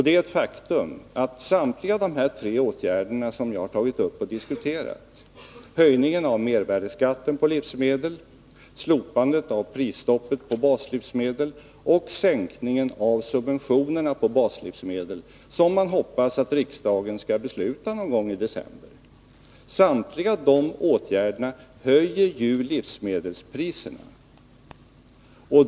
Det är ett faktum att samtliga de tre åtgärder jag tagit upp och diskuterat — höjningen av mervärdeskatten på livsmedel, slopande av prisstoppet på baslivsmedel och sänkningen av subventionerna på baslivsmedel, som man hoppas riksdagen skall besluta om någon gång i december — höjer livsmedelspriserna.